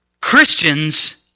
Christians